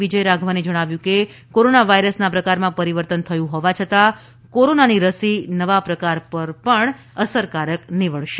વિજય રાધવને જણાવ્યું કે કોરોના વાયરસના પ્રકારમાં પરિવર્તન થયું હોવા છતાં કોરોનાની રસી નવા પ્રકાર પણ અસરકારક નીવડશે